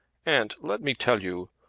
aunt, let me tell you.